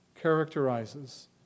characterizes